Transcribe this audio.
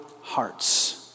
hearts